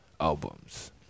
albums